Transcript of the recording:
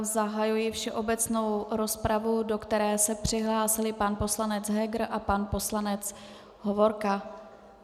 Zahajuji všeobecnou rozpravu, do které se přihlásili pan poslanec Heger a pan poslanec Hovorka.